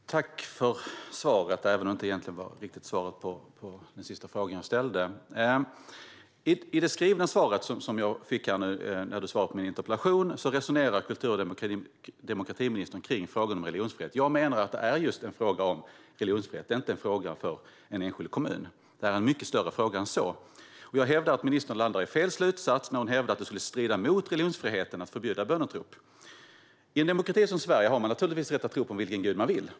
Herr talman! Tack för svaret, även om det egentligen inte var något riktigt svar på den sista fråga jag ställde! I svaret på min interpellation resonerar kultur och demokratiministern om frågan om religionsfrihet. Jag menar att det är just en fråga om religionsfrihet. Det är inte en fråga för en enskild kommun, utan detta är en mycket större fråga än så. Jag hävdar att ministern landar i fel slutsats när hon hävdar att det skulle strida mot religionsfriheten att förbjuda böneutrop. I en demokrati som Sverige har man naturligtvis rätt att tro på vilken gud man vill.